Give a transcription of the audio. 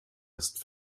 erst